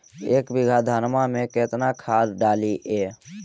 एक बीघा धन्मा में केतना खाद डालिए?